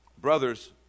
brothers